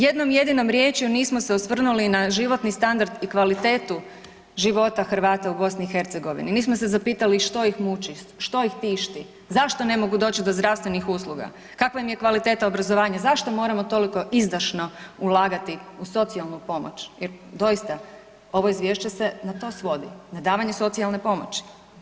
Jednom jedinom riječju nismo se osvrnuli na životni standard i kvalitetu života Hrvata u BiH, nismo se zapitali što ih muči, što ih tišti, zašto ne mogu doći do zdravstvenih usluga, kakva im je kvaliteta obrazovanja, zašto moramo toliko izdašno ulagati u socijalnu pomoć jer doista ovo izvješće se na to svodi, na davanje socijalne pomoći.